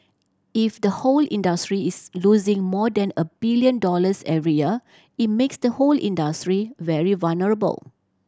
if the whole industry is losing more than a billion dollars every year it makes the whole industry very vulnerable